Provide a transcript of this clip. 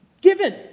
given